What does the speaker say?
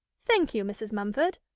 thank you, mrs. mumford.